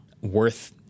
worth